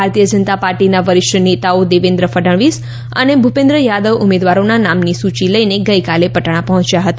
ભારતીય જનતા પાર્ટીના વરિષ્ઠ નેતાઓ દેવેન્દ્ર ફડણવીસ અને ભૂપેન્દ્ર યાદવ ઉમેદવારોના નામની સૂચિ લઇને ગઇકાલે પટણા પહોંચ્યા હતા